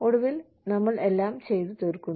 ഒടുവിൽ ഞങ്ങൾ എല്ലാം ചെയ്തു തീർക്കുന്നു